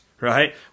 right